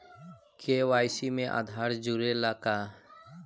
KYC में आधार जुड़े ला का?